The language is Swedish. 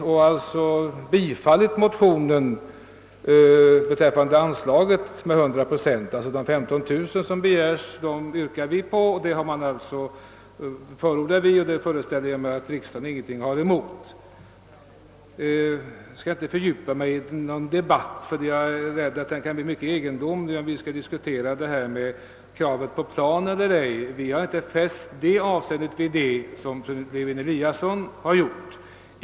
Vi har alltså till 100 procent tillstyrkt den: höjning av anslaget med' 15 000 kronor som man hemställer om i motionen, och det föreställer jag mig att riksdagen inte har någonting emot. Jag skall inte fördjupa mig i denna fråga; jag är rädd för att debatten kan bli mycket egendomlig, om vi skall diskutera kravet på en plan. Vi har inte fäst samma avseende vid det :som fru Lewén-Eliasson gjort.